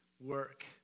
work